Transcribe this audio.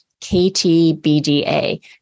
KTBDA